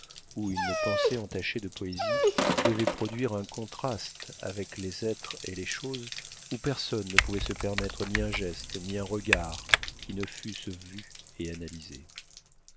où une pensée entachée de poésie devait produire un contraste avec les êtres et les choses où personne ne pouvait se permettre ni un geste ni un regard qui ne fussent vus et analysés